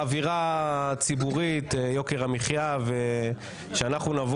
שבאווירה הציבורית של יוקר המחיה לבוא